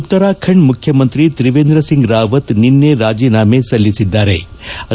ಉತ್ತರಾಖಂಡ್ ಮುಖ್ಯಮಂತ್ರಿ ತ್ರಿವೇಂದ್ರ ಸಿಂಗ್ ರಾವತ್ ನಿನ್ನೆ ರಾಜೀನಾಮೆ ಸಲ್ಲಿಸಿದ್ಗಾರೆ